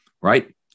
right